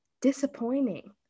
disappointing